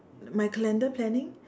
my calendar planning